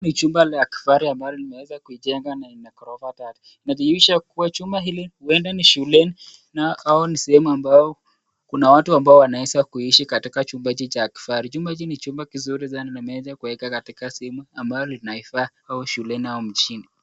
Jumba la kifahari ambalo limeweza kujengwa na lina ghorofa tatu. Inadhihirisha kuwa huenda ni shule au ni sehemu ambayo kuna watu amabo wanaweza kuishi. Ni jumba kizuri na wameweza kuweka katika sehemu ambalo linaifaa shule au mjini.